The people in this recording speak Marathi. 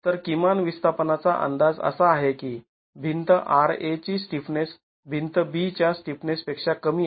तर किमान विस्थापनाचा अंदाज असा आहे की भिंत R A ची स्टिफनेस भिंत B च्या स्टिफनेस पेक्षा कमी आहे